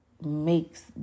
makes